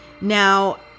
Now